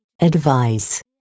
Advice